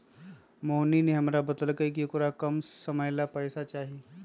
मोहिनी ने हमरा बतल कई कि औकरा कम समय ला पैसे चहि